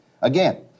Again